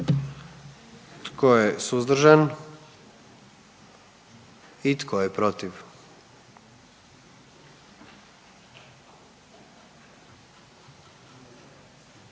Tko je suzdržan? I tko je protiv?